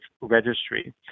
registry